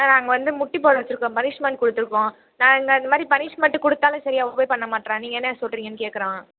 நாங்கள் வந்து முட்டி போட வச்சுருக்கோம் பனிஷ்மண்ட் கொடுத்துருக்கோம் நாங்கள் அந்த மாதிரி பனிஷ்மண்ட்டு கொடுத்தாலும் சரியாக ஒபே பண்ண மாட்டேறான் நீங்கள் என்ன சொல்கிறீங்கன்னு கேட்குறான்